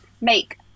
make